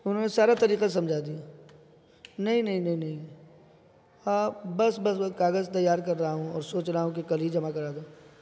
انہوں نے سارا طریقہ سمجھا دیا نہیں نہیں نہیں نہیں ہاں بس بس کاغذ تیار کر رہا ہوں اور سوچ رہا ہوں کہ کل ہی جمع کرا دوں